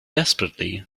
desperately